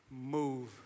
move